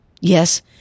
Yes